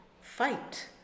fight